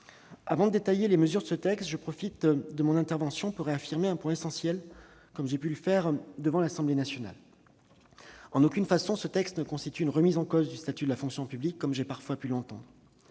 Avant de détailler les mesures de ce texte, je profite de mon intervention pour réaffirmer un point essentiel, comme je l'ai déjà fait à l'Assemblée nationale : en aucune façon, ce texte ne constitue une remise en cause du statut de la fonction publique, comme j'ai parfois pu l'entendre.